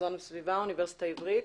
מזון וסביבה מהאוניברסיטה העברית.